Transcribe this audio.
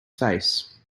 face